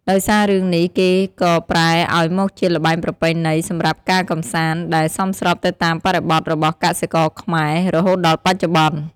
ដោយសាររឿងនេះ គេក៏ប្រែឱ្យមកជាល្បែងប្រពៃណី សម្រាប់ការកម្សាន្ត ដែលសមស្របទៅតាមបរិបទរបស់កសិករខ្មែរ រហូតដល់បច្ចុប្បន្ន។